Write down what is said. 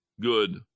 good